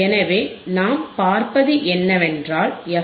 எனவே நாம் பார்ப்பது என்னவென்றால் எஃப்